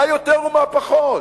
מה יותר ומה פחות?